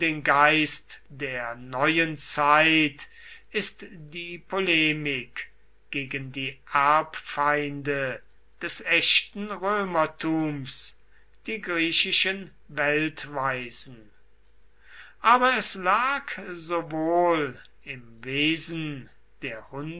geist der neuen zeit ist die polemik gegen die erbfeinde des echten römertums die griechischen weltweisen aber es lag sowohl im wesen der